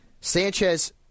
Sanchez